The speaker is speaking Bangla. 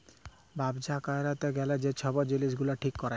ব্যবছা ক্যইরতে গ্যালে যে ছব জিলিস গুলা ঠিক ক্যরে